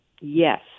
Yes